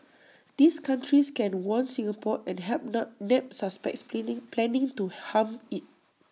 these countries can warn Singapore and help nob nab suspects planning planning to harm IT